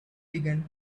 began